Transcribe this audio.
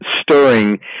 stirring